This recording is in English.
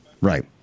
Right